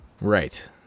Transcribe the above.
Right